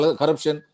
corruption